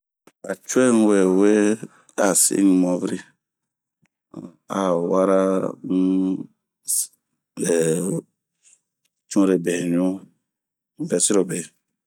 A cuee n'wewee a siin n'maŋirou a wara n'cunrebeɲu ŋɛsiobe